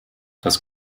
das